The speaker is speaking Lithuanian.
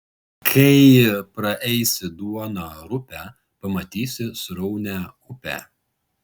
kai praeisi duoną rupią pamatysi sraunią upę